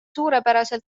suurepäraselt